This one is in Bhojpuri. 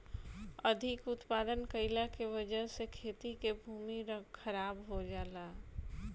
अधिक उत्पादन कइला के वजह से खेती के भूमि खराब हो जाला